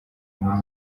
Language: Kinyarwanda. muri